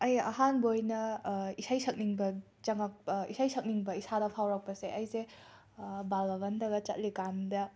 ꯑꯩ ꯑꯍꯥꯟꯕ ꯑꯣꯏꯅ ꯏꯁꯩ ꯁꯛꯅꯤꯡꯕ ꯆꯪꯉꯛ ꯏꯁꯩ ꯁꯛꯅꯤꯡꯕ ꯏꯁꯥꯗ ꯐꯥꯎꯔꯛꯄꯁꯦ ꯑꯩꯁꯦ ꯕꯥꯜ ꯕꯕꯟꯗꯒ ꯆꯠꯂꯤꯀꯥꯟꯗ